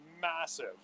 massive